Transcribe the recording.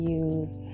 use